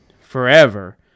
forever